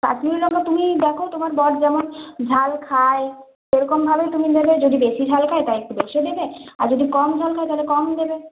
কাশ্মীরি লংকা তুমি দেখো তোমার বর যেমন ঝাল খায় সেরকমভাবেই তুমি নেবে যদি বেশি ঝাল খায় তাহলে একটু বেশি দেবে আর যদি কম ঝাল খায় তাহলে কম দেবে